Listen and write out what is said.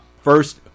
First